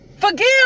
Forgive